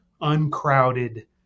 uncrowded